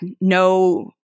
no